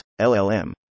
LLM